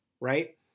right